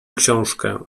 książkę